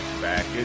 back